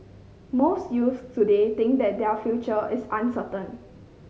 most youths today think that their future is uncertain